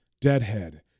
deadhead